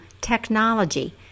technology